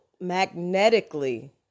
magnetically